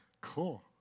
Cool